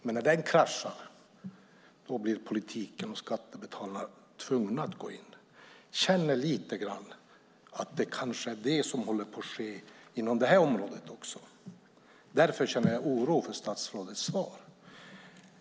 Men när den kraschade, då blev politiken och skattebetalarna tvungna att gå in. Jag känner lite grann att det kanske är det som håller på att ske även inom det här området. Därför känner jag oro för statsrådets svar.